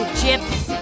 chips